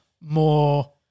more